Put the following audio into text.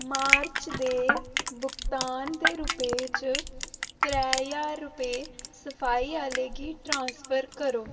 मार्च दे भुगतान दे रपेऽ च त्रै ज्हार रपेऽ सफ़ाई आह्ले गी ट्रांसफर करो